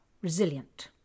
resilient